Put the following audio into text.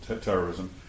terrorism